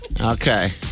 Okay